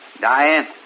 Diane